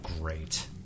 great